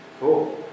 Cool